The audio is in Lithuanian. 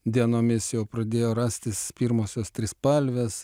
dienomis jau pradėjo rastis pirmosios trispalvės